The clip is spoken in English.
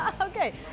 Okay